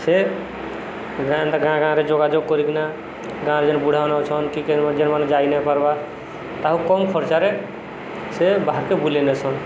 ସେ ଗାଁନ୍ତା ଗାଁ ଗାଁରେ ଯୋଗାଯୋଗ କରିକିନା ଗାଁରେ ଯେନ୍ ବୁଢ଼ା ନେଉଛନ୍ କି ଯେନ୍ ମାନେ ଯାଇ ନାଇଁ ପାର୍ବା ତାହାକୁ କମ୍ ଖର୍ଚ୍ଚରେ ସେ ବାହାରକେ ବୁଲେଇ ନେସନ୍